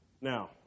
Now